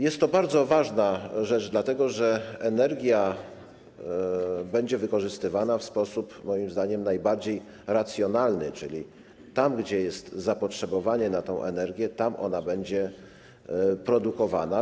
Jest to bardzo ważna rzecz, dlatego że energia będzie wykorzystywana w sposób moim zdaniem najbardziej racjonalny, czyli tam, gdzie jest zapotrzebowanie na tę energię, ona będzie produkowana.